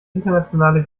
internationale